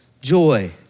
joy